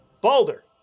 Balder